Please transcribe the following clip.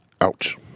Ouch